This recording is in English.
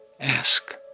Ask